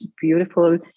beautiful